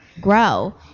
grow